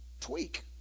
tweak